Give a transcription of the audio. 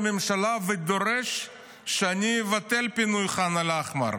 ודורש שאני אבטל את פינוי ח'אן אל-אחמר.